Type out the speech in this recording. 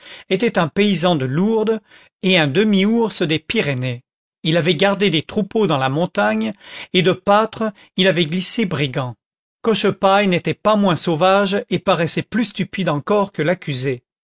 était un paysan de lourdes et un demi ours des pyrénées il avait gardé des troupeaux dans la montagne et de pâtre il avait glissé brigand cochepaille n'était pas moins sauvage et paraissait plus stupide encore que l'accusé